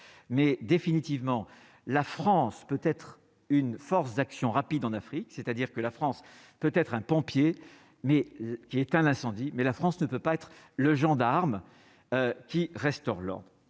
mais définitivement la France peut être une force d'action rapide en Afrique, c'est à dire que la France peut être un pompier mais qui est un incendie, mais la France ne peut pas être le gendarme qui restaure,